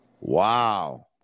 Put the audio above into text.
Wow